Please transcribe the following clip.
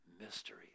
mystery